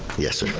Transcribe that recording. yes sir?